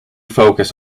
focus